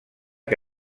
que